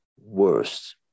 worst